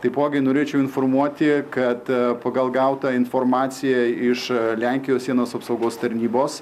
taipogi norėčiau informuoti kad pagal gautą informaciją iš lenkijos sienos apsaugos tarnybos